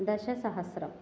दशसहस्रम्